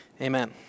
Amen